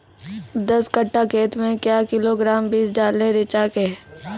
दस कट्ठा खेत मे क्या किलोग्राम बीज डालने रिचा के?